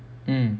mm